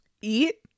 eat